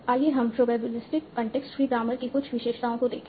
आइए हम probabilistic context free grammar की कुछ विशेषताओं को देखें